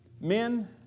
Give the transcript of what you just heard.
Men